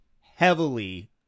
heavily